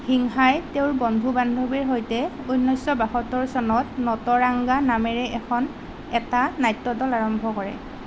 সিংহাই তেওঁৰ বন্ধু বান্ধৱীৰ সৈতে ঊনৈছশ বাসত্তৰ চনত নটৰাংগা নামেৰে এটা নাট্যদল আৰম্ভ কৰে